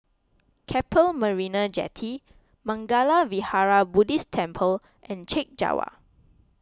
Keppel Marina Jetty Mangala Vihara Buddhist Temple and Chek Jawa